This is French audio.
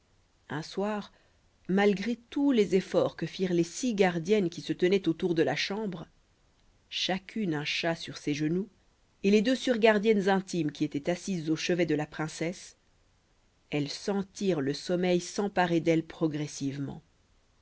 un soir malgré tous les efforts que firent les six gardiennes qui se tenaient autour de la chambre chacune un chat sur ses genoux et les deux surgardiennes intimes qui étaient assises au chevet de la princesse elles sentirent le sommeil s'emparer d'elles progressivement